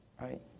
right